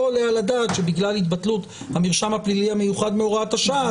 לא עולה על הדעת שבגלל התבטלות המרשם הפלילי המיוחד מהוראת השעה,